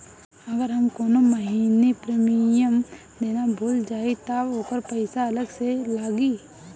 अगर हम कौने महीने प्रीमियम देना भूल जाई त ओकर अलग से पईसा लागी?